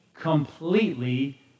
completely